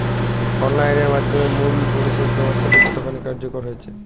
Online এর মাধ্যমে মূল্য পরিশোধ ব্যাবস্থাটি কতখানি কার্যকর হয়েচে?